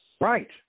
Right